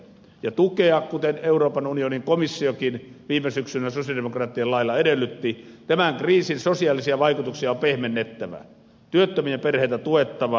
ja kuten euroopan unionin komissiokin viime syksynä sosialidemokraattien lailla edellytti tämän kriisin sosiaalisia vaikutuksia on pehmennettävä työttömien perheitä tuettava